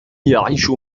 يعيش